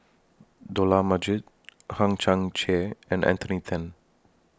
Dollah Majid Hang Chang Chieh and Anthony Then